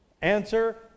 Answer